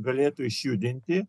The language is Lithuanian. galėtų išjudinti